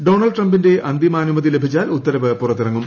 Donald ട്രംപിന്റെ അന്തിമാനുമതി ലഭിച്ചാൽ ഉത്തരവ് പുറത്തിറങ്ങും